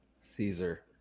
Caesar